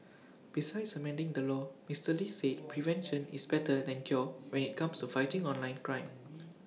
besides amending the law Mister lee said prevention is better than cure when IT comes to fighting online crime